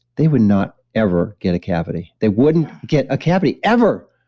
they would not ever get a cavity. they wouldn't get a cavity ever.